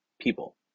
people